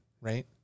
right